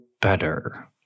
better